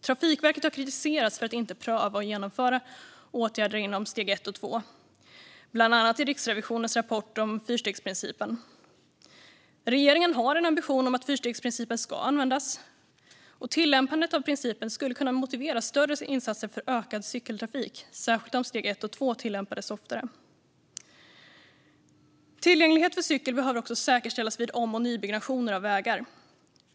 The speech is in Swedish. Trafikverket har kritiserats för att inte pröva och genomföra åtgärder inom steg ett och två, bland annat i Riksrevisionens rapport om fyrstegsprincipen. Regeringen har en ambition att fyrstegsprincipen ska användas. Tillämpandet av principen skulle kunna motivera större insatser för ökad cykeltrafik, särskilt om steg ett och två tillämpades oftare. Tillgänglighet för cykel behöver också säkerställas vid om och nybyggnationer av vägar.